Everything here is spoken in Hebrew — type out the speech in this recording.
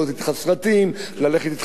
ללכת אתך לבניין "הבימה".